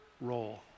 role